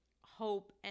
hope